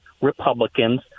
republicans